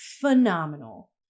phenomenal